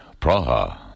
Praha